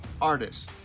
artists